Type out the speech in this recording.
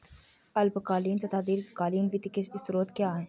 अल्पकालीन तथा दीर्घकालीन वित्त के स्रोत क्या हैं?